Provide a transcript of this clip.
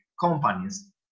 companies